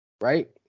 Right